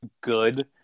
good